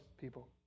people